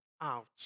Ouch